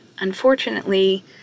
unfortunately